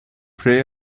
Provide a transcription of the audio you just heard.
pray